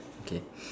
okay